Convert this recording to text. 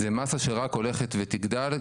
זה מסה שרק הולכת ותגדל.